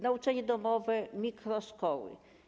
Nauczanie domowe, mikroszkoły.